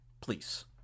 Please